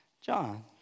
John